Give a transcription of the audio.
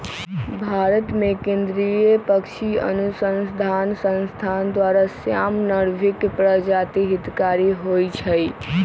भारतमें केंद्रीय पक्षी अनुसंसधान संस्थान द्वारा, श्याम, नर्भिक प्रजाति हितकारी होइ छइ